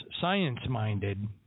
science-minded